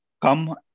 come